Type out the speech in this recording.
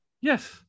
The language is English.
Yes